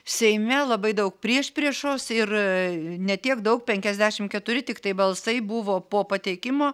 seime labai daug priešpriešos ir ne tiek daug penkiasdešim keturi tiktai balsai buvo po pateikimo